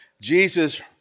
Jesus